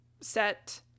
set